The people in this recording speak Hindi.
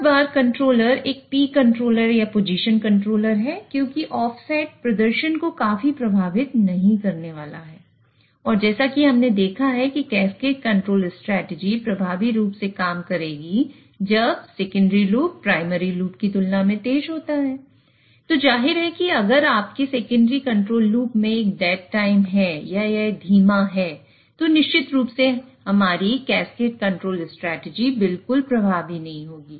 बहुत बार कंट्रोलर एक P कंट्रोलर या पोजीशन कंट्रोलर है क्योंकि ऑफसेट बिल्कुल प्रभावी नहीं होगी